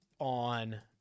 on